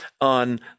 on